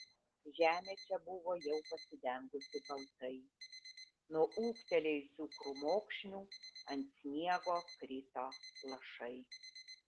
žemė čia buvo jau pasidengusi baltai nuo ūgtelėjusių krūmokšnių ant sniego krito lašai